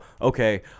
okay